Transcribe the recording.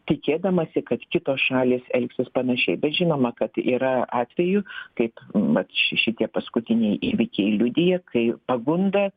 tikėdamasi kad kitos šalys elgsis panašiai bet žinoma kad yra atvejų kaip vat ši šitie paskutiniai įvykiai liudija kai pagunda